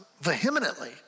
Vehemently